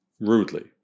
Rudely